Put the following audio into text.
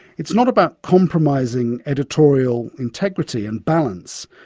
it's not about compromising editorial integrity and balance,